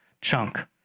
chunk